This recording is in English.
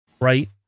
right